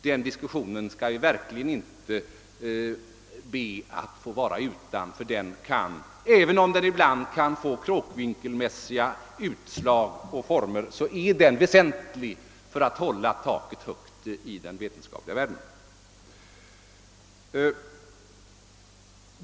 Den diskussionen skall vi verkligen inte be att få slippa. Även om den ibland kan få kråkvinkelmässiga utslag och former är den väsentlig för att hålla taket högt i den vetenskapliga världen.